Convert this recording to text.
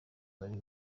wari